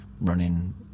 running